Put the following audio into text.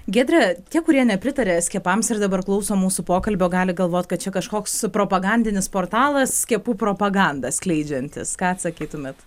giedre tie kurie nepritaria skiepams ir dabar klauso mūsų pokalbio gali galvot kad čia kažkoks propagandinis portalas skiepų propagandą skleidžiantis ką atsakytumėt